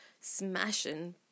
smashing